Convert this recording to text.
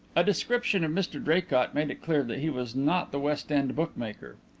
a description of mr draycott made it clear that he was not the west-end bookmaker.